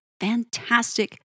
fantastic